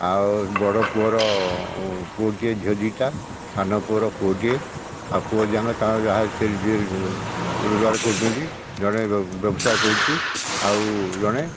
ଆଉ ବଡ଼ ପୁଅର ପୁଅଟିଏ ଝିଅ ଦୁଇଟା ସାନ ପୁଅର ପୁଅଟିଏ ଆଉ ପୁଅ ଦୁଇଜଣ ତାହାର ଯାହାର ସିଏ ରୋଜଗାର କରୁଛନ୍ତି ମାନେ ଜଣେ ବ୍ୟବସାୟ କରୁଛି ଆଉ ଜଣେ